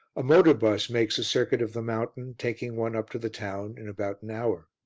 a motor bus makes a circuit of the mountain, taking one up to the town in about an hour.